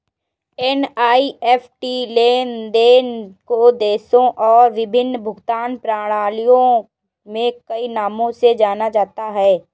NEFT लेन देन को देशों और विभिन्न भुगतान प्रणालियों में कई नामों से जाना जाता है